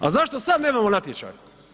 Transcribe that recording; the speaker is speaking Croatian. Ali zašto sada nemamo natječaj?